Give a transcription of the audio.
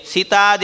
Sita